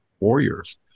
warriors